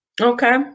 Okay